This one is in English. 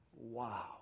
Wow